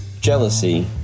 jealousy